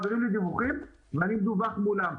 מעבירים אלי דיווחים ואני מדווח מולם.